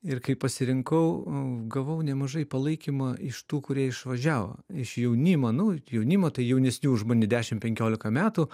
ir kai pasirinkau gavau nemažai palaikymo iš tų kurie išvažiavo iš jaunimo nu jaunimo tai jaunesnių žmonių dešim penkiolika metų